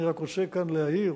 אני רק רוצה כאן להעיר